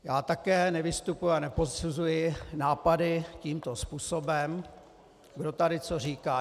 Já také nevystupuji a neposuzuji nápady tímto způsobem, kdo tady co říká.